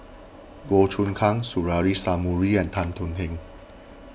Goh Choon Kang Suzairhe Sumari and Tan Thuan Heng